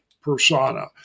persona